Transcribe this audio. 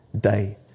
day